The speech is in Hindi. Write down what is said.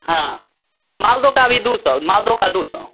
हाँ मालदो का भी दो सौ मालदो का दो सौ